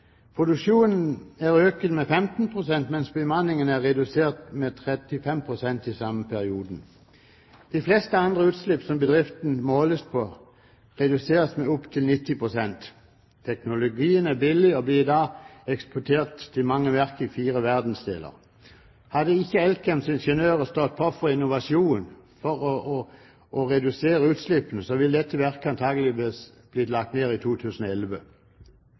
Produksjonen er økt med 15 pst., mens bemanningen er redusert med 35 pst. i samme periode. De fleste andre utslipp som bedriften måles på, er redusert med opptil 90 pst. Teknologien er billig, og den er eksportert til mange verk i fire verdensdeler. Hadde ikke Elkems ingeniører stått på for innovasjonen, for å redusere utslippene, ville dette verket antakelig blitt lagt ned i 2011.